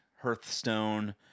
Hearthstone